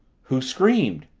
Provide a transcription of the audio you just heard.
who screamed?